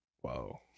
Whoa